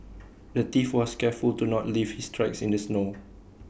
the thief was careful to not leave his tracks in the snow